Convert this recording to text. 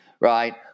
right